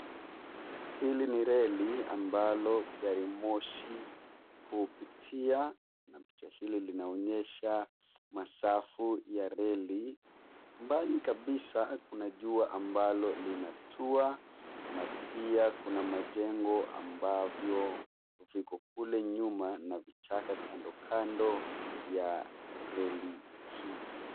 Hili ni reli ambalo gari moshi hupitia na picha hili linaonyesha masafu ya reli. Mbali kabisa kuna jua ambalo linatua na pia kuna majengo ambavyo viko kule nyuma na vichaka kando kando ya reli hizi.